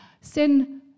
Sin